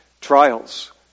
trials